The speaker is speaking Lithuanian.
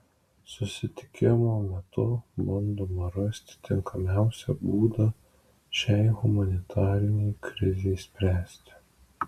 susitikimo metu bandoma rasti tinkamiausią būdą šiai humanitarinei krizei spręsti